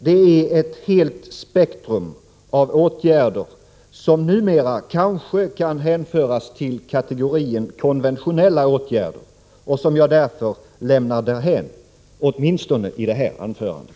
Det är ett helt spektrum av åtgärder som numera kanske kan hänföras till kategorin konventionella åtgärder och som jag därför lämnar därhän åtminstone i det här anförandet.